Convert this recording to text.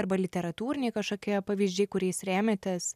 arba literatūriniai kažkokie pavyzdžiai kuriais rėmėtės